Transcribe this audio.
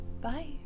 bye